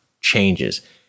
changes